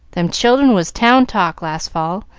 them children was town-talk last fall,